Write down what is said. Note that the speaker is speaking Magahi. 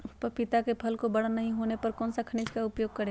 पपीता के फल को बड़ा नहीं होने पर कौन सा खनिज का उपयोग करें?